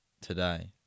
today